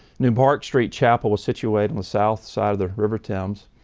new park street chapel was situated on the south side of the river thames,